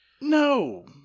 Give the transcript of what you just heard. No